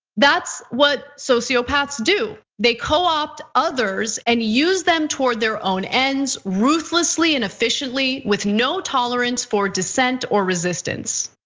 that's what sociopaths do. they co-opt others and use them toward their own ends ruthlessly and efficiently with no tolerance for dissent or resistance.